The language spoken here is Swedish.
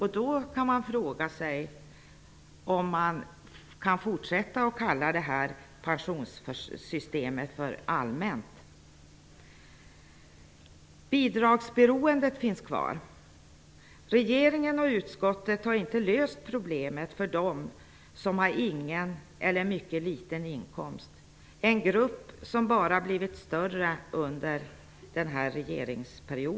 Man kan då fråga sig om man kan fortsätta att kalla det här pensionssystemet allmänt. Bidragsberoendet finns kvar. Regeringen och utskottet har inte löst problemet för dem som inte har någon eller mycket liten inkomst, en grupp som bara blivit större under den här regeringsperioden.